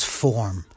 form